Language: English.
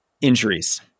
injuries